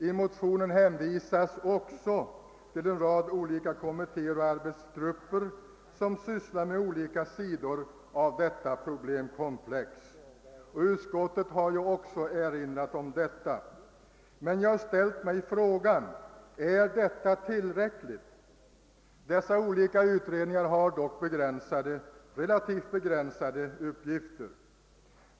I motionen hänvisar jag till en rad olika kommittéer och arbetsgrupper som sysslar med olika sidor av detta problemkomplex. Utskottet har ju också erinrat om detta. Men jag har ställt mig frågan: Är detta tillräckligt? Dessa olika utredningar har dock relativt begränsade uppgifter.